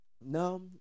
no